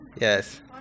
Yes